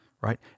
right